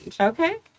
Okay